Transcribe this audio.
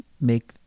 make